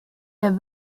der